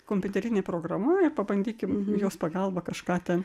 kompiuterinė programa ir pabandykim jos pagalba kažką ten